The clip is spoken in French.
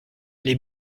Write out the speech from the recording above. les